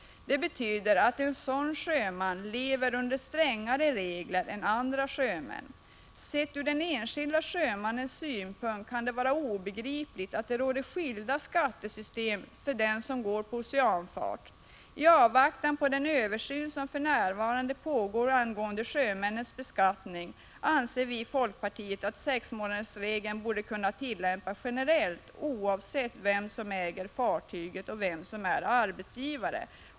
Det betyder att en sådan sjöman lever under strängare regler än andra sjömän. Sett ur den enskilde sjömannens synpunkt kan det var obegripligt att det råder skilda skattesystem för den som går på oceanfart. I avvaktan på den översyn som för närvarande pågår angående sjömännens beskattning anser vi i folkpartiet att sexmånadersregeln borde kunna tillämpas generellt, alltså oavsett vem som äger fartyget och vem som är arbetsgivare.